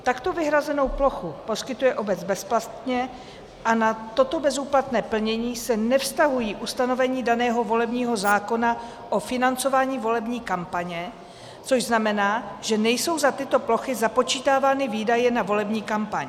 Takto vyhrazenou plochu poskytuje obec bezplatně a na toto bezúplatné plnění se nevztahují ustanovení daného volebního zákona o financování volební kampaně, což znamená, že nejsou za tyto plochy započítávány výdaje na volební kampaň.